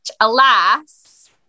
alas